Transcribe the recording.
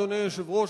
אדוני היושב-ראש,